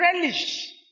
relish